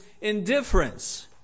indifference